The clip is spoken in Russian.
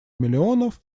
миллионов